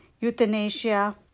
euthanasia